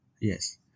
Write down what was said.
Yes